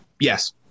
yes